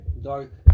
Dark